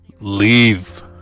Leave